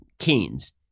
Keynes